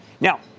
Now